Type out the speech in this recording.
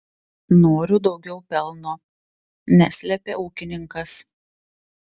noriu daugiau pelno neslėpė ūkininkas